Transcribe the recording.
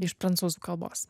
iš prancūzų kalbos